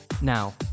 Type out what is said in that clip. Now